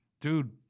Dude